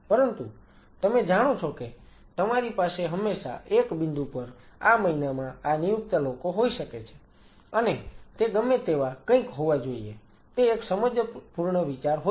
પરંતુ તમે જાણો છો કે તમારી પાસે હંમેશા 1 બિંદુ પર આ મહિનામાં આ નિયુક્ત લોકો હોઈ શકે છે અને તે ગમે તેવા કંઈક હોવા જોઈએ તે એક સમજપૂર્ણ વિચાર હોઈ શકે છે